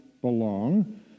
belong